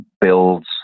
builds